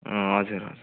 हजुर हजुर